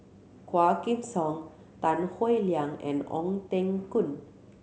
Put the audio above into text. Quah Kim Song Tan Howe Liang and Ong Teng Koon